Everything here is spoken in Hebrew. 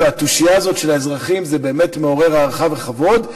והתושייה הזאת של האזרחים באמת מעוררת הערכה וכבוד.